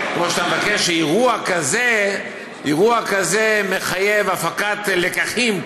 שאירוע כזה מחייב הפקת לקחים.